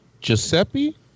Giuseppe